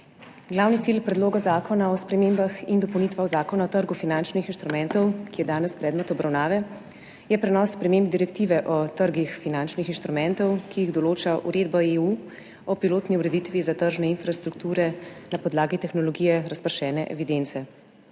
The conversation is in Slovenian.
Glavni cilj Predloga zakona o spremembah in dopolnitvah Zakona o trgu finančnih instrumentov, ki je danes predmet obravnave, je prenos sprememb Direktive o trgih finančnih instrumentov, ki jih določa Uredba EU o pilotni ureditvi za tržne infrastrukture na podlagi tehnologije razpršene evidence.